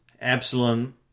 Absalom